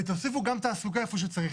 ותוסיפו גם תעסוקה איפה שצריך.